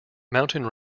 mountain